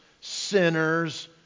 sinners